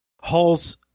Hall's